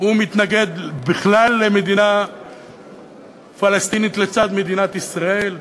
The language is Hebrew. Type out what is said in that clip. הוא מתנגד בכלל למדינה פלסטינית לצד מדינת ישראל.